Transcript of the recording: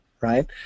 right